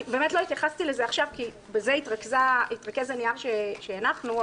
לא התייחסתי לזה עכשיו כי בזה התרכז הנייר שהנחנו.